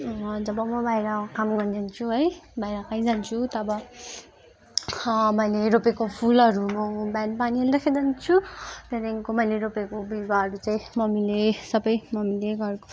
जब म बाहिर काम गर्नु जान्छु है बाहिर कहीँ जान्छु तब मैले रोपेको फुलहरू म बिहान पानी हालिराखेर जान्छु त्यहाँदेखिको मैले रोपेको बिरुवाहरू चाहिँ सबै ममीले सबै ममीले घरको